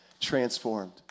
transformed